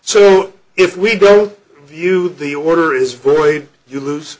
so if we don't view the order is void you lose